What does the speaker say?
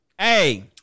hey